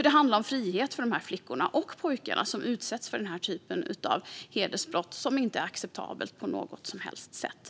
Det handlar ju om frihet för de flickor och pojkar som utsätts för hedersbrott som dessa, som inte på något sätt är acceptabla.